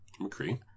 McCree